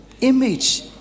image